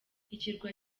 ikirwa